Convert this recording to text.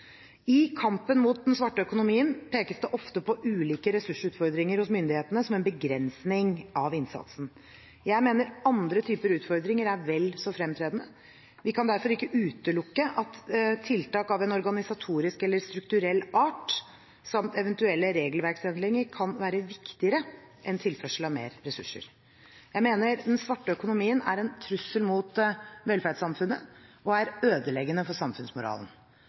I kampen mot den svarte økonomien pekes det ofte på ulike ressursutfordringer hos myndighetene som en begrensning av innsatsen. Jeg mener andre typer utfordringer er vel så fremtredende. Vi kan derfor ikke utelukke at tiltak av en organisatorisk eller strukturell art samt eventuelle regelverksendringer kan være viktigere enn tilførsel av mer ressurser. Jeg mener den svarte økonomien er en trussel mot velferdssamfunnet og er ødeleggende for samfunnsmoralen.